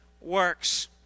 works